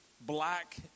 black